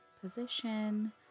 position